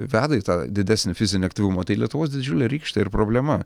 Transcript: veda į tą didesnį fizinį aktyvumą tai lietuvos didžiulė rykštė ir problema